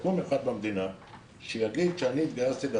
שיקום אחד במדינה שיגיד שאני התגייסתי ב-